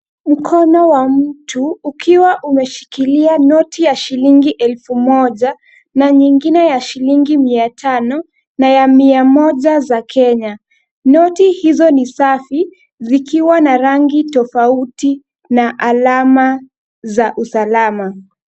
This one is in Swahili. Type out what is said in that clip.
Mkono wa mtu ukiwa umeshikilia noti ya shilingi elfu moja na nyingine ya shilingi mia tano na mia moja za Kenya. Noti hizo ni safi zikiwa na rangi tofauti na alama za usalama.